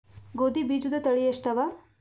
ಗೋಧಿ ಬೀಜುದ ತಳಿ ಎಷ್ಟವ?